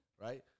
right